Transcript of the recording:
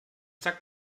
sagt